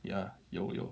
ya 有有